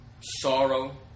sorrow